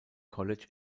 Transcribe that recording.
college